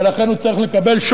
ולכן הוא צריך לקבל,